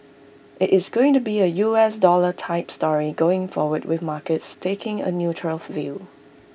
IT is going to be A U S dollar type story going forward with markets taking A neutral of view